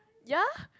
ya